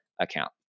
account